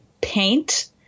paint